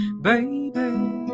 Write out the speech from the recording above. baby